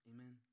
Amen